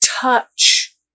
touch